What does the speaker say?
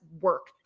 work